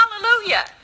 hallelujah